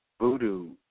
voodoo